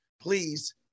please